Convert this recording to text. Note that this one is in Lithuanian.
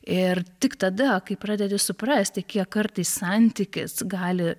ir tik tada kai pradedi suprasti kiek kartais santykis gali